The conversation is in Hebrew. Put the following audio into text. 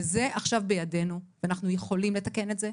וזה עכשיו בידינו ואנחנו יכולים לתקן את זה.